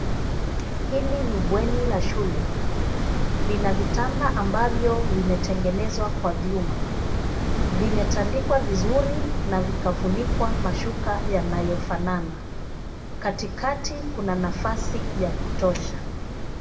Hili ni bweni la shule. Lina vitanda ambavyo vimetengenezwa kwa vyuma. Vimetandikwa vizuri na vikafunikwa mashuka yanayofanana. Katikati kuna nafasi ya kutosha.